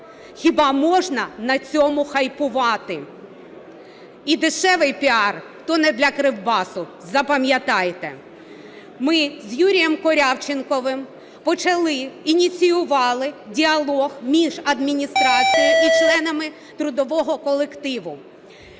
Хіба можна на цьому хайпувати? І дешевий піар, то не для Кривбасу, запам'ятайте. Ми з Юрієм Корявченковим почали, ініціювали діалог між адміністрацією і членами трудового колективу.